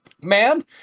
man